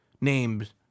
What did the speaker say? named